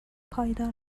پایدار